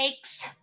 eggs